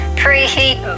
preheat